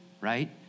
Right